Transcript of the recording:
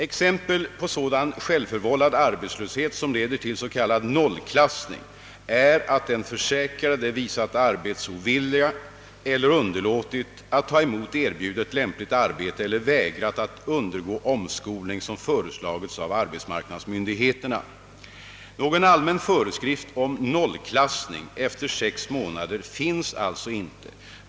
Exempel på sådan självförvållad arbetslöshet, som leder till s.k. nollklassning, är att den försäkrade visat arbetsovilja eller underlåtit att ta emot erbjudet lämpligt arbete eller väg rat att undergå omskolning som föreslagits av arbetsmarknadsmyndigheterna. Någon allmän föreskrift om nollklassning efter sex månader finns alltså inte.